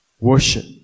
Worship